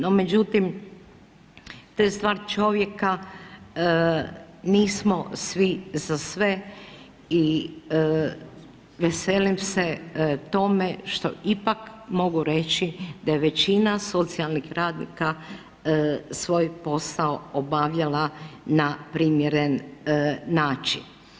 No međutim, to je stvar čovjeka, nismo svi za sve i veselim se tome što ipak mogu reći da je većina socijalnih radnika svoj posao obavljala na primjeren način.